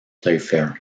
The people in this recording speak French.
playfair